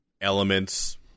elements